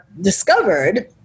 discovered